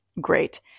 great